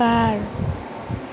बार